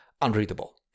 unreadable